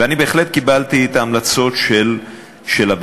ואני בהחלט קיבלתי את ההמלצות של הוועדה.